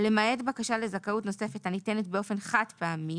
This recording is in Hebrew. למעט בקשה לזכאות נוספת הניתנת באופן חד־פעמי,